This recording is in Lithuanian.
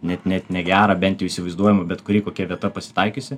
net net negera bent įsivaizduojama bet kuri kokia vieta pasitaikiusi